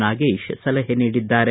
ನಾಗೇಶ್ ಸಲಹೆ ನೀಡಿದ್ದಾರೆ